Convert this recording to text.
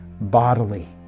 bodily